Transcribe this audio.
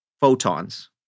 photons